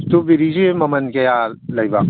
ꯁ꯭ꯇꯔꯣꯕꯦꯔꯤꯖꯦ ꯃꯃꯟ ꯀꯌꯥ ꯂꯩꯕ